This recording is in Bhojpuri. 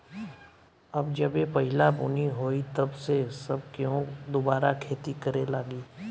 अब जबे पहिला बुनी होई तब से सब केहू दुबारा खेती करे लागी